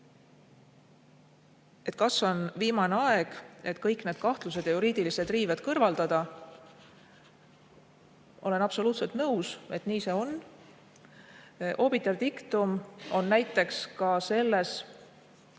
kas on viimane aeg, et kõik need kahtlused ja juriidilised riived kõrvaldada. Olen absoluutselt nõus, et nii see on. Obiter dictumon näiteks ka selles